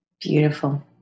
Beautiful